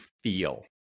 feel